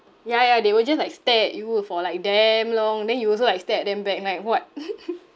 ya ya they will just like stare at you for like damn long then you also like stare at them back like what